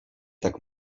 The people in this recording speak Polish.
tak